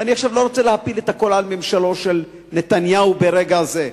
ואני לא רוצה להפיל הכול על ממשלו של נתניהו ברגע זה,